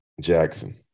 Jackson